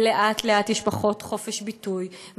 ולאט-לאט יש פחות חופש ביטוי,